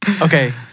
Okay